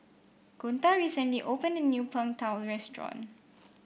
Kunta recently opened a new Png Tao Restaurant